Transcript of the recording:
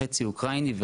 חצי אוקראיני,